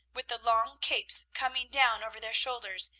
with the long capes coming down over their shoulders,